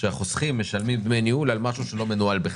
שהחוסכים משלמים דמי ניהול על משהו שלא מנוהל בכלל.